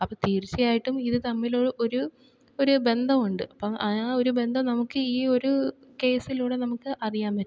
അപ്പം തീർച്ചയായിട്ടും ഇത് തമ്മിലൊരു ഒരു ഒരു ബന്ധമുണ്ട് അപ്പ ആ ഒരു ബന്ധം നമുക്ക് ഈ ഒരു കേസിലൂടെ നമുക്ക് അറിയാൻ പറ്റും